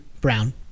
Brown